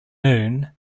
noon